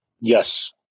Yes